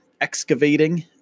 excavating